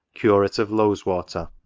curate of lowes-water.